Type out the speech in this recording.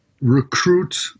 recruit